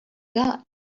got